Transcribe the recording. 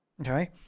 Okay